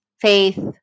faith